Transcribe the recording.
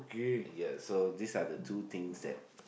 yeah so these are the two things that